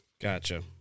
Gotcha